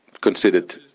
considered